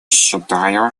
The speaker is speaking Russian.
считаю